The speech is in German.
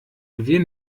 wir